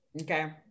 Okay